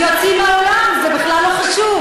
יוצאים מהאולם, זה בכלל לא חשוב.